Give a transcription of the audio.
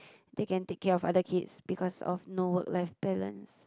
they can take care of other kids because of no work life balance